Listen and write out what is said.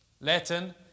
Latin